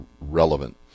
Relevant